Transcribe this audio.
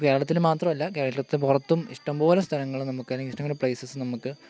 കേരളത്തിന് മാത്രമല്ല കേരളത്തിന് പുറത്തും ഇഷ്ടം പോലെ സ്ഥലങ്ങൾ നമുക്കല്ലെങ്കിൽ ഇഷ്ടം പോലെ പ്ലെയ്സസ് നമുക്ക്